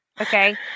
Okay